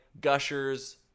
Gushers